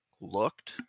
looked